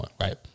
Right